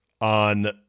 on